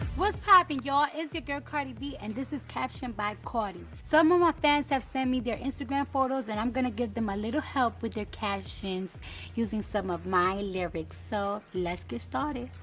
what's poppin' y'all. it's your girl, cardi b and this is captioned by cardi. some of my fans have sent me their instagram photos and i'm going to give them a little help with their captions using some of my lyrics. so let's get started.